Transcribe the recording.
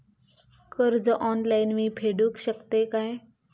कर्ज ऑनलाइन मी फेडूक शकतय काय?